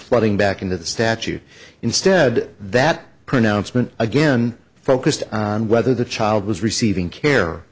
flooding back into the statute instead that pronouncement again focused on whether the child was receiving care